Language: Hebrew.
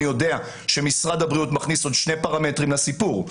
אני יודע שמשרד הבריאות מכניס עוד שני פרמטרים לסיפור.